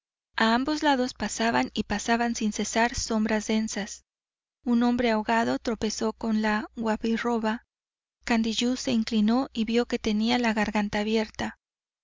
ambos lados pasaban y pasaban sin cesar sombras densas un hombre ahogado tropezó con la guabiroba candiyú se inclinó y vió que tenía la garganta abierta